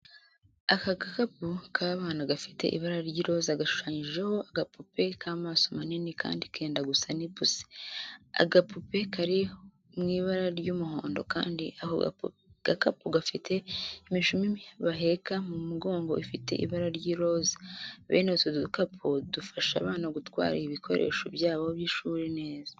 Agakapu k'abana gafite ibara ry'iroza gashushanijeho agapupe k'amaso manini kandi kenda gusa n'ipusi. Agapupe kari mu ibara ry'umuhondo kandi ako gakapu gafite imishumi baheka mu mugongo ifite ibara ry'iroza. Bene utu dukapu dufasha abana gutwara ibikoresho byabo by'ishuri neza.